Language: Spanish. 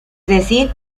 decir